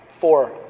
four